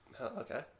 Okay